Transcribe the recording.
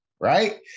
right